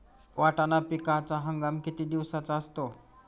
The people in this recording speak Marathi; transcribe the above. वाटाणा पिकाचा हंगाम किती दिवसांचा असतो?